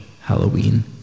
Halloween